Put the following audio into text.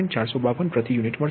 452 પ્રતિ યુનિટ મળશે